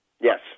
Yes